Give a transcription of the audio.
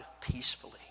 peacefully